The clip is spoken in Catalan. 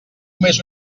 més